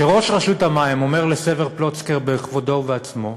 שראש רשות המים אומר לסבר פלוצקר, בכבודו ובעצמו,